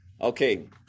okay